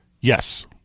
Yes